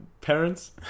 parents